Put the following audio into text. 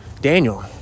Daniel